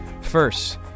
First